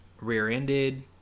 rear-ended